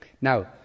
Now